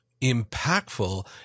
impactful